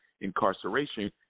incarceration